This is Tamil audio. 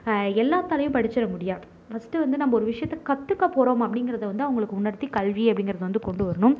எல்லாத்தாலேயும் படிச்சிட முடியாது ஃபர்ஸ்ட்டு வந்து நம்ம ஒரு விஷயத்தை கற்றுக்கப் போகிறோம் அப்படிங்கிறத வந்து அவங்களுக்கு உணர்த்தி கல்வி அப்படிங்கிறத வந்து கொண்டு வரணும்